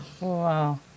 Wow